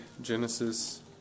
Genesis